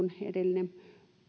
edellinen